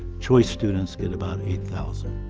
choice students get about eight thousand.